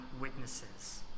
witnesses